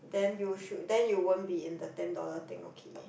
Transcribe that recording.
then you should then you won't be in the ten dollar thing okay